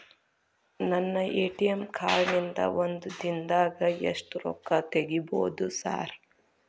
ನನ್ನ ATM card ನಿಂದಾ ಒಂದ್ ದಿಂದಾಗ ಎಷ್ಟ ರೊಕ್ಕಾ ತೆಗಿಬೋದು ಸಾರ್?